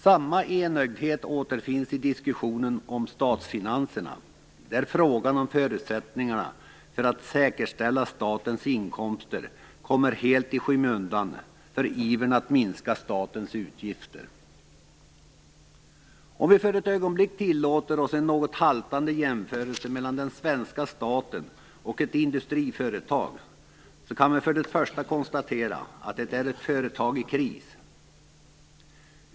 Samma enögdhet återfinns i diskussionen om statsfinanserna, där frågan om förutsättningarna för att säkerställa statens inkomster kommer helt i skymundan för ivern att minska statens utgifter. Om vi för ett ögonblick tillåter oss en något haltande jämförelse mellan den svenska staten och ett industriföretag, kan vi först och främst konstatera att det är ett företag i kris.